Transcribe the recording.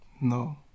No